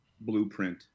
blueprint